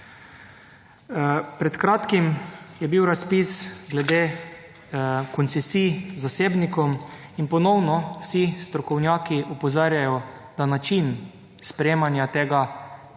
Pred kratkim je bil razpis glede koncesij zasebnikom in ponovno vsi strokovnjaki opozarjajo, da način sprejemanja tega ni